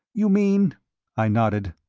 you mean i nodded.